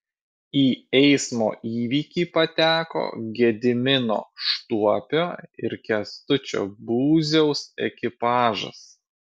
į eismo įvykį pateko gedimino štuopio ir kęstučio būziaus ekipažas